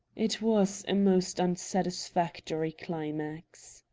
it was a most unsatisfactory climax